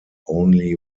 only